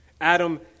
Adam